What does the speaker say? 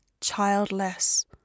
childless